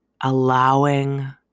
Allowing